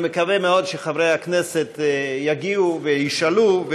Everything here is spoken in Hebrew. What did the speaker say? אני מקווה מאוד שחברי הכנסת יגיעו וישאלו,